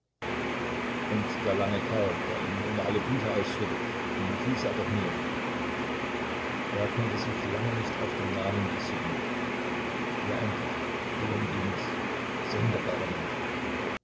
und der lange kerl der ihnen immer alle bücher ausführte wie hieß er doch nur er konnte sich lange nicht auf den namen besinnen ja endlich longinus sonderbarer mensch